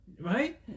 right